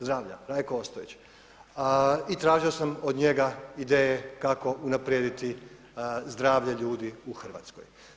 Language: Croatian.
Zdravlja, Rajko Ostojić, i tražio sam od njega ideje kako unaprijediti zdravlje ljudi u Hrvatskoj.